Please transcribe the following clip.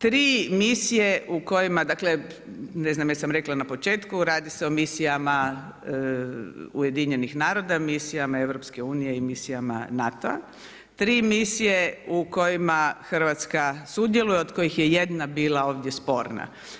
Tri misije u kojima dakle ne znam jesam rekla na početku, radi se o misijama UN-a, misijama EU i misijama NATO-a, tri misije u kojima Hrvatska sudjeluje, od kojih je jedna bila ovdje sporna.